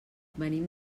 venim